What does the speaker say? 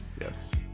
Yes